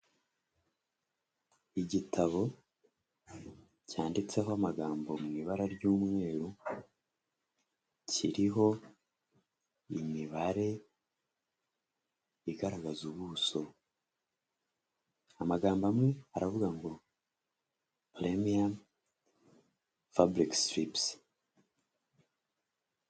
Igitabo cyanditseho amagambo mu ibara ry'umweru kiriho imibare igaragaza ubuso, amagambo amwe aravuga ngo paremiya fabulike sitiripusi.